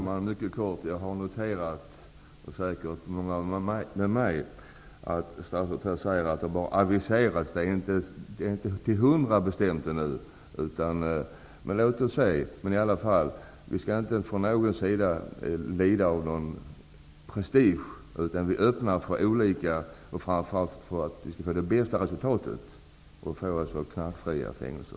Herr talman! Jag har noterat och säkert många med mig att statsrådet säger att förändringarna har aviserats, det är inte till hundra bestämt ännu. Låt oss se. Vi skall i alla fall inte från någon sida lida av prestige, utan vi skall vara öppna för olika alternativ, framför allt för att få det bästa resultatet, alltså knarkfria fängelser.